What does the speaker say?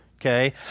Okay